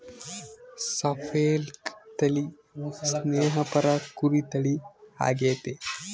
Suffolk ತಳಿ ಸ್ನೇಹಪರ ಕುರಿ ತಳಿ ಆಗೆತೆ